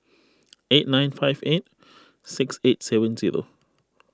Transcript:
eight nine five eight six eight seven zero